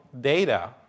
data